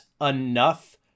enough